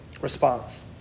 response